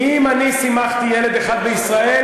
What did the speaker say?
אם אני שימחתי ילד אחד בישראל,